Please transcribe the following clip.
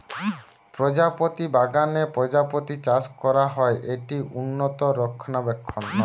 প্রজাপতি বাগানে প্রজাপতি চাষ করা হয়, এটি উন্নত রক্ষণাবেক্ষণ